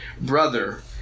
Brother